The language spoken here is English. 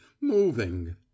moving